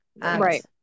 right